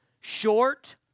short